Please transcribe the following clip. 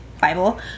Bible